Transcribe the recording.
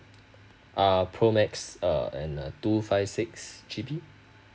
ah pro max err and a two five six G_B